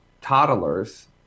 toddlers